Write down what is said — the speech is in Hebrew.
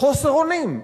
חוסר אונים.